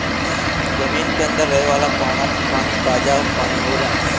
जमीन के अंदर रहे वाला पानी ताजा पानी होला